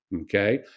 Okay